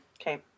Okay